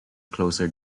closer